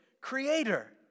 creator